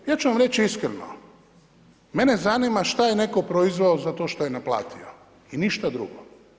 Ja ću vam reći iskreno, mene zanima šta je netko proizveo za to što je naplatio i ništa drugo.